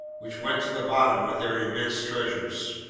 which went to the bottom with their immense treasures.